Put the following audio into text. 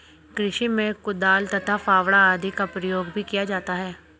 कृषि में कुदाल तथा फावड़ा आदि का प्रयोग भी किया जाता है